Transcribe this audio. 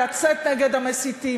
לצאת נגד המסיתים,